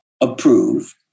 approved